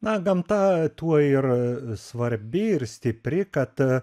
na gamta tuo ir svarbi ir stipri kad